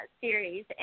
series